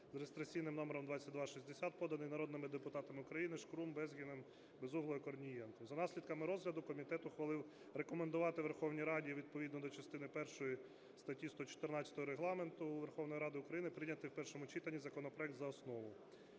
(за реєстраційним номером 2260), поданий народними депутатами України: Шкрум, Безгіним, Безуглою, Корнієнком. За наслідками розгляду комітет ухвалив: рекомендувати Верховній Раді відповідно до частини першої статті 114 Регламенту Верховної Ради України прийняти в першому читанні законопроект за основу.